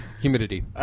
humidity